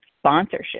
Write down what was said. sponsorship